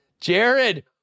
jared